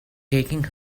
taking